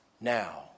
now